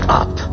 up